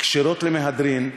כשרות למהדרין,